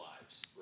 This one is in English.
lives